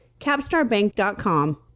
CapstarBank.com